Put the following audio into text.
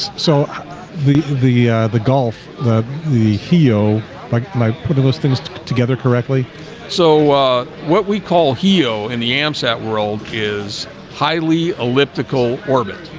so the the the golf the the he oh like my putting those things together correctly so what we call he oh in the amsat world is highly elliptical orbit?